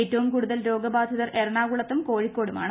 ഏറ്റവും കൂടുതൽ രോഗബാധിതർ എറണ്ണാകുളത്തും കോഴിക്കോടുമാണ്